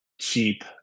cheap